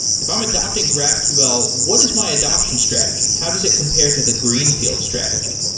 if i'm adapting graphql, what is my adaption strategy? how does it compare to the greenfield strategy?